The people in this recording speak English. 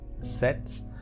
sets